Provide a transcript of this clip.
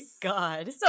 god